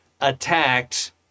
attacked